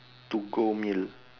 to go meal